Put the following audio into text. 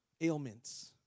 ailments